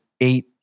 eight